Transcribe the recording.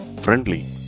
friendly